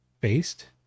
based